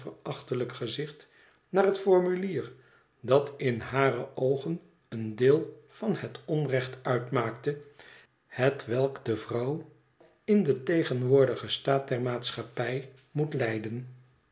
verachtelijk gezicht naar het formulier dat in hare oogen een deel van het onrecht uitmaakte hetwelk de vrouw in den tegenwoordigen staat der maatschappij moet lijden